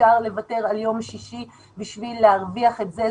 שאפשר לוותר על יום שישי בשביל להרוויח את זה.